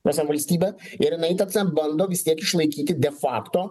ta prasme valstybė ir jinai tada bando vis tiek išlaikykiti de fakto